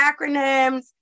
acronyms